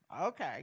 okay